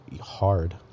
hard